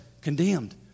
condemned